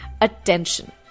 attention